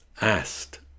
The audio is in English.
asked